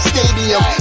Stadium